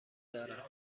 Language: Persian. دارم